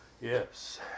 Yes